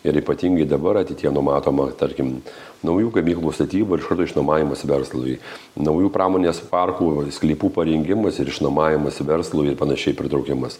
ir ypatingai dabar ateityje numatoma tarkim naujų gamyklų statyba ir iš karto išnuomavimas verslui naujų pramonės parkų sklypų parengimas ir išnuomavimas verslui ir panašiai pritraukimas